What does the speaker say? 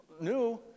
new